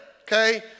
okay